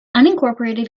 unincorporated